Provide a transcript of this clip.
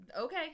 Okay